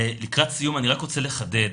לקראת סיום אני רק רוצה לחדד.